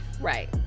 Right